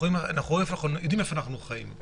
אנחנו יודעים איפה אנחנו חיים.